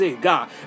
God